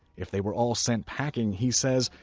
if they were all sent packing, he says,